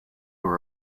were